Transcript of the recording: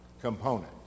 component